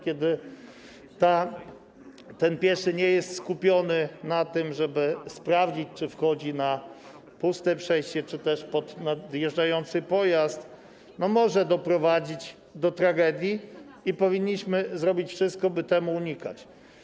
Kiedy pieszy nie jest skupiony na tym, żeby sprawdzić, czy wchodzi na puste przejście czy też pod nadjeżdżający pojazd, to może doprowadzić do tragedii i powinniśmy zrobić wszystko, by tego unikać.